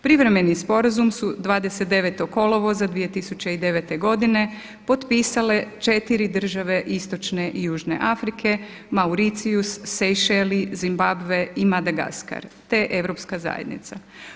Privremeni sporazum su 29. kolovoza 2009. godine potpisale četiri države istočne i južne Afrike, Mauricius, Sejšeli, Zimbabve i Madagaskar, te Europska zajednica.